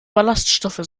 ballaststoffe